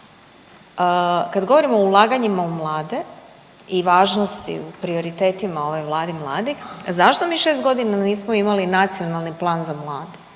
Kad govorimo o ulaganjima u mlade i važnosti prioritetima ovoj Vladi mladih zašto mi šest godina nismo imali Nacionalni plan za mlade?